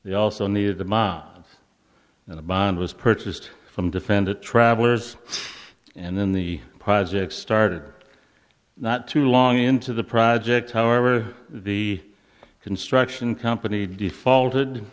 they also needed the mot bond was purchased from defendant travellers and then the project started not too long into the project however the construction company defaulted